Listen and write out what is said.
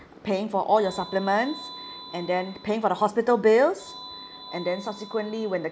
paying for all your supplements and then paying for the hospital bills and then subsequently when the